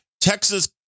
Texas